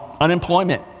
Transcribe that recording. Unemployment